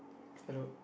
hello